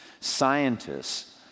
scientists